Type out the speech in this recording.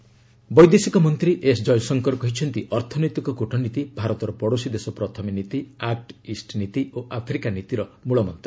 Jaishankar global summit ବୈଦେଶିକ ମନ୍ତ୍ରୀ S Jaishankar କହିଛନ୍ତି ଅର୍ଥନୈତିକ କୂଟନୀତି ଭାରତର ପଡ଼ୋଶୀ ଦେଶ ପ୍ରଥମେ ନୀତି ଆକ୍କଇଷ୍ଟ୍ ନୀତି ଓ ଆଫ୍ରିକା ନୀତିର ମ୍ମଳମନ୍ତ